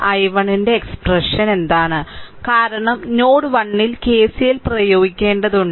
i1 ന്റെ expression എന്താണ് കാരണം നോഡ് 1 ൽ കെസിഎൽ പ്രയോഗിക്കേണ്ടതുണ്ട്